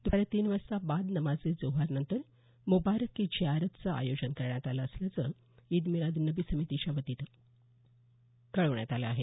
द्पारी तीन वाजता बाद नमाजे जोहर नंतर मुबारक की झियारतचं आयोजन करण्यात आल्याचं ईद मिलाद्ननबी समितीच्या वतीनं कळवण्यात आलं आहे